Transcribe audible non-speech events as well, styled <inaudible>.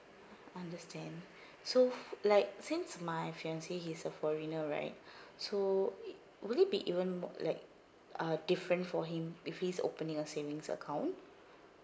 understand so f~ like since my fiance he's a foreigner right <breath> so it will it be even mo~ like uh different for him if he's opening a savings account